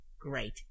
Great